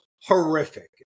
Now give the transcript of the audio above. horrific